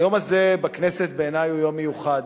היום הזה בכנסת הוא בעיני יום מיוחד,